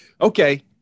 Okay